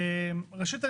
ראשית,